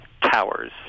towers